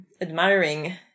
admiring